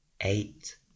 eight